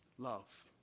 Love